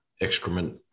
excrement